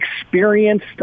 experienced